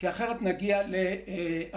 כי אחרת נגיע לאבסורדים.